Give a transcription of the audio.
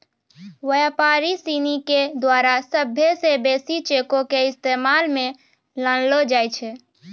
व्यापारी सिनी के द्वारा सभ्भे से बेसी चेको के इस्तेमाल मे लानलो जाय छै